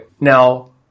Now